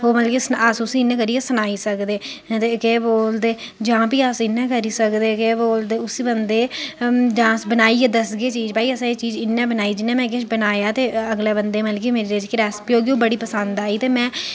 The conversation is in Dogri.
ओह् मतलब कि अस उस्सी इ'यां करियै सनाई सकदे ते केह् बोलदे जां फ्ही अस इ'यां करी सकदे के बोलदे उस्सी बंदे गी जां अस बनाइयै दसगे चीज के असें इयां बनाई चीज में किश बनाया ते अगले बंदे गी मतलब कि मेरी जेह्की रेसपी ओह् बडी पंसद आई ते में